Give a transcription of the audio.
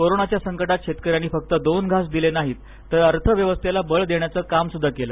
कोरोनाच्या संकटात शेतकऱ्यांनी फक्त दोन घास दिले नाहीत तर अर्थव्यवस्थेला बळ देण्याचे कामही केल